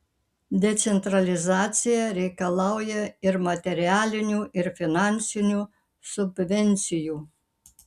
decentralizacija reikalauja ir materialinių ir finansinių subvencijų